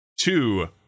Two